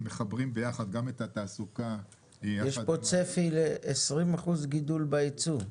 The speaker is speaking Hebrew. אנחנו מחברים ביחד גם את התעסוקה --- יש פה צפי ל-20% גידול בייצוא.